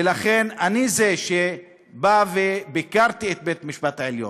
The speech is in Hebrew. ולכן, אני זה שבאתי וביקרתי את בית-המשפט העליון.